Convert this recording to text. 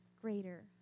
greater